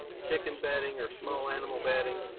chicken bedding or small animal bedding.